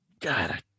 God